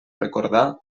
recordar